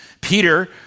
Peter